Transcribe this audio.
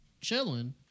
chilling